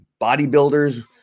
bodybuilders